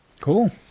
cool